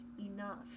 enough